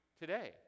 today